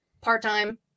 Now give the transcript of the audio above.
part-time